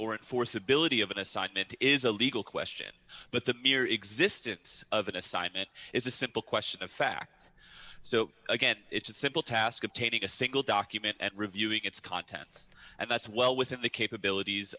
it force ability of an aside that is a legal question but the mere existence of an assignment is a simple question of fact so again it's a simple task obtaining a single document at reviewing its contents and that's well within the capabilities